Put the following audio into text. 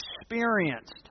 experienced